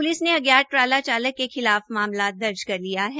police ने अज्ञात ट्राला चालक के खिलाफ मामला दर्ज कर लिया है